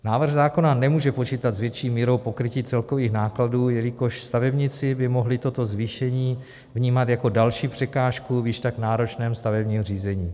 Návrh zákona nemůže počítat s větší mírou pokrytí celkových nákladů, jelikož stavebníci by mohli toto zvýšení vnímat jako další překážku v již tak náročném stavebním řízení.